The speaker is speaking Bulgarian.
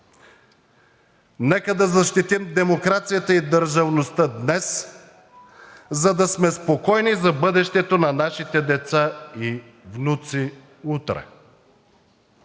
Нека да защитим демокрацията и държавността днес, за да сме спокойни за бъдещето на нашите деца и внуци утре!